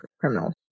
Criminal